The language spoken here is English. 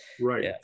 Right